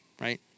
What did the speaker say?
right